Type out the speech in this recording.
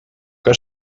que